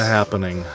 happening